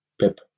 PEP